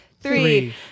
three